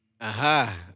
Aha